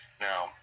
Now